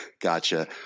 Gotcha